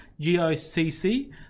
gocc